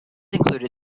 included